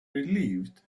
relieved